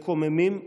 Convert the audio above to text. מקוממים ממש,